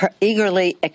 eagerly